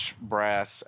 brass